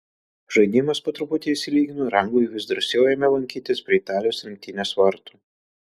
žaidimas po truputį išsilygino ir anglai vis drąsiau ėmė lankytis prie italijos rinktinės vartų